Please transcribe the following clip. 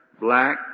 black